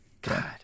God